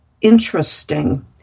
interesting